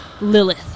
Lilith